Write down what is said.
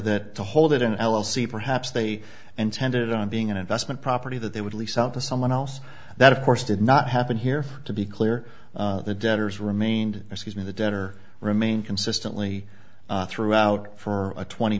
that to hold it in an l l c perhaps they intended on being an investment property that they would lease out to someone else that of course did not happen here for it to be clear the debtors remained excuse me the debtor remained consistently throughout for a twenty